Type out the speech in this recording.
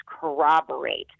corroborate